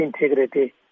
integrity